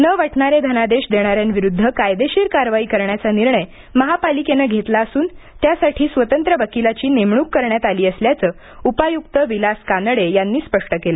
न वटणारे धनादेश देणाऱ्यांविरुद्ध कायदेशीर कारवाई करण्याचा निर्णय महापालिकेने घेतला असून त्यासाठी स्वतंत्र वकिलाची नेमणूक करण्यात आली असल्याचं उपायुक्त विलास कानडे यांनी स्पष्ट केलं